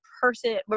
person